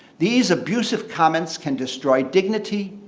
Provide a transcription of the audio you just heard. these abusive comments can destroy dignity,